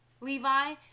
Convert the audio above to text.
Levi